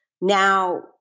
now